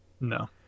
No